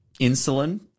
insulin